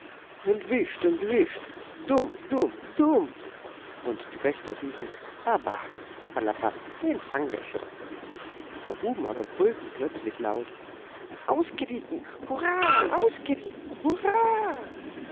entwischt entwischt dumm dumm dumm und die wächter riefen ah bah papperlapapp den fangen wir schon ein paar buben aber brüllten plötzlich laut ausgerissen hurra ausgerissen hurra